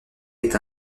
est